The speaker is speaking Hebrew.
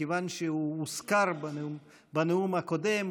מכיוון שהוא הוזכר בנאום הקודם,